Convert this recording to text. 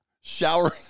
Shower